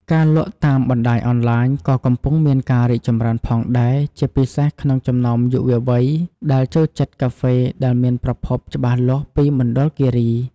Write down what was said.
ការលក់តាមបណ្តាញអនឡាញក៏កំពុងមានការរីកចម្រើនផងដែរ ជាពិសេសក្នុងចំណោមយុវវ័យ ដែលចូលចិត្តកាហ្វេដែលមានប្រភពច្បាស់លាស់ពីមណ្ឌលគិរី។